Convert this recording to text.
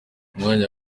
umwanya